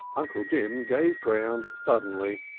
uncle jim gave ground suddenly,